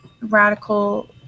radical